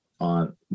on